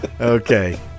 Okay